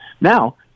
Now